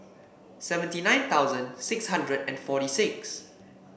seventy nine thousand six hundred and forty six